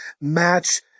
match